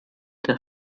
der